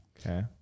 Okay